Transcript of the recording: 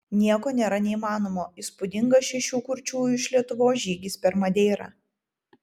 nieko nėra neįmanomo įspūdingas šešių kurčiųjų iš lietuvos žygis per madeirą